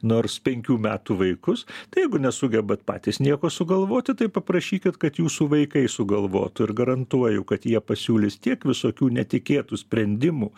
nors penkių metų vaikus tai jeigu nesugebat patys nieko sugalvoti tai paprašykit kad jūsų vaikai sugalvotų ir garantuoju kad jie pasiūlys tiek visokių netikėtų sprendimų